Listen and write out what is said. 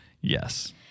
yes